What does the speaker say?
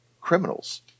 criminals